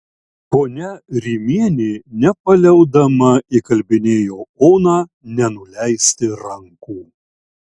ponia rimienė nepaliaudama įkalbinėjo oną nenuleisti rankų